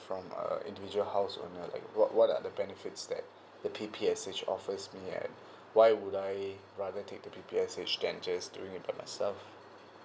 from uh individual house on uh like what what are the benefits that the P_P_H_S offers me and why would I rather take the P_P_H_S than just doing it by myself